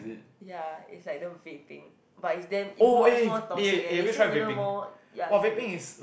ya it's like the vaping but it's damn it's much more toxic eh they say even more ya it's like vaping